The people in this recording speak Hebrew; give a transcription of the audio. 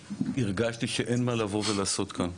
שהרגשתי שאין מה לבוא ולעשות כאן.